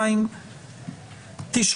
כלומר,